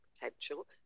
potential